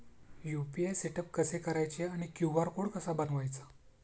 UPI setup कसे करायचे आणि क्यू.आर कोड कसा बनवायचा?